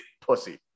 pussy